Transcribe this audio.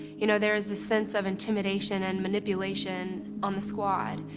you know, there is a sense of intimidation and manipulation on the squad,